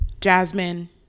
Jasmine